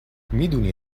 میدونی